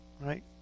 right